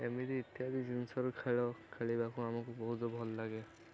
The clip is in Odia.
ଏମିତି ଇତ୍ୟାଦି ଜିନିଷରୁ ଖେଳ ଖେଳିବାକୁ ଆମକୁ ବହୁତ ଭଲ ଲାଗେ